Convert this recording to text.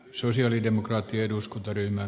arvoisa puhemies